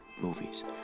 movies